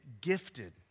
gifted